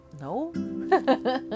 no